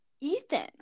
Ethan